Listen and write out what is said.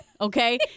Okay